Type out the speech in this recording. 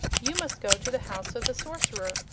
you must go to the house of the sorcerer,